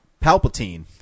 Palpatine